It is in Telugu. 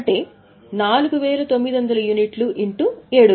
అంటే 4900 x 7